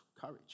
courage